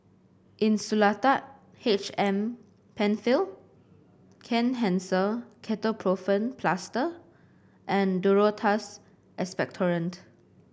Insulatard H M Penfill Kenhancer Ketoprofen Plaster and Duro Tuss Expectorant